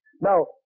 Now